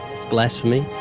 that's blasphemy.